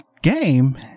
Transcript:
game